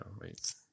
wait